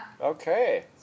Okay